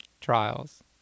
trials